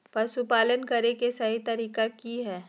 पशुपालन करें के सही तरीका की हय?